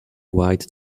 white